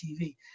TV